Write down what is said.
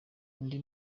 undi